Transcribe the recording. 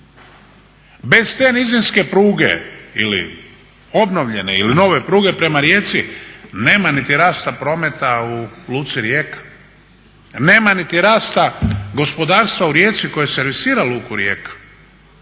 Bez te nizinske pruge ili obnovljene ili nove pruge prema Rijeci nema niti rasta prometa u luci Rijeka, nema niti rasta gospodarstva u Rijeci koje servisira luku Rijeka.